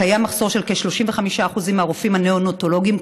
קיים מחסור של כ-35% ברופאים הנאונטולוגים,